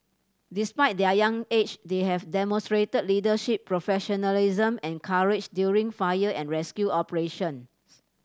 despite their young age they have demonstrated leadership professionalism and courage during fire and rescue operations